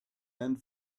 and